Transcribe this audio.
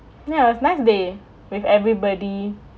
ya nice day with everybody